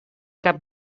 cap